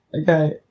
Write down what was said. Okay